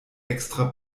extra